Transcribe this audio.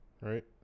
right